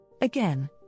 Again